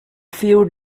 few